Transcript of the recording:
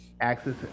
access